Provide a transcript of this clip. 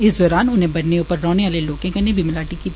इस दौरान उनें बन्ने उप्पर रौह्ने आले लोकें कन्नै बी मलाटी कीती